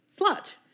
Slut